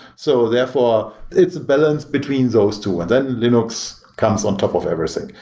so therefore, it's a balance between those two. then linux comes on top of everything.